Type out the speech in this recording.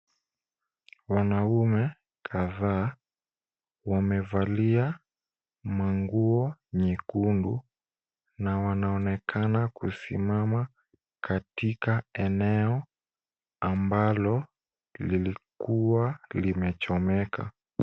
Wanaume kadhaa wamevalia manguo nyekundu na wanaonekana kusimama katika eneo ambalo lilikuwa limechomeka.